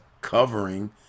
covering